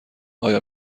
آیا